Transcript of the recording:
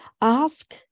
Ask